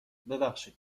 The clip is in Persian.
ببخشید